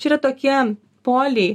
čia yra tokie poliai